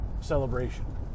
celebration